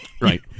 Right